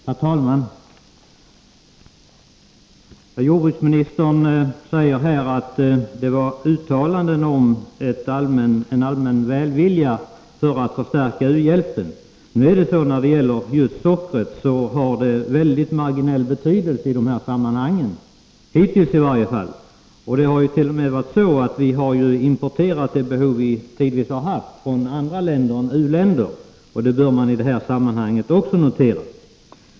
Herr talman! Jordbruksministern säger att det var ett uttalande om en allmän välvilja att förstärka u-hjälpen. När det gäller sockret har det haft väldigt marginell betydelse i de sammanhangen, hittills i varje fall. Vi har t.o.m. importerat för att täcka det behov vi tidvis haft, men från andra länder än u-länder. Det bör man i detta sammanhang också notera.